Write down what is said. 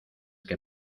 que